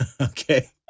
Okay